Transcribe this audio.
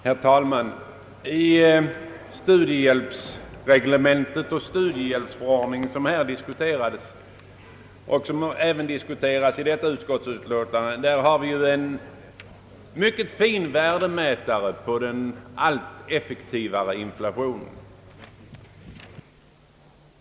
Herr talman! I studiehjälpsreglementet och studiemedelsförordningen har vi mycket fina värdemätare på den allt effektivare inflationen.